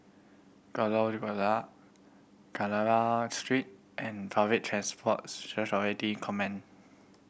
Kandahar Street and Public Transport Command